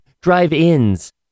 drive-ins